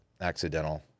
accidental